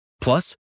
Plus